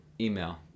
email